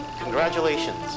congratulations